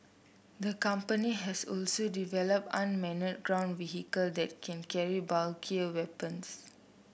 the company has also developed unmanned ground vehicle that can carry bulkier weapons